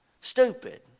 Stupid